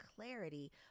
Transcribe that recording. clarity